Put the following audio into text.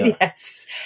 yes